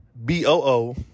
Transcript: B-O-O